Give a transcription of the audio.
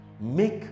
Make